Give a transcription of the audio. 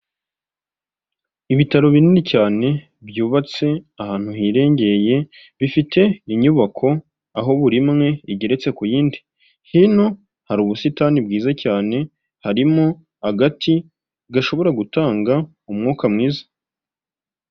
Ibitaro binini cyane byubatse ahantu hirengeye, bifite inyubako aho buri imwe igeretse ku yindi, hino hari ubusitani bwiza cyane, harimo agati gashobora gutanga umwuka mwiza.